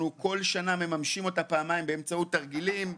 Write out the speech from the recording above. בכל שנה ממשמים אותה באמצעות תרגילים,